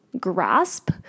grasp